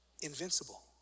invincible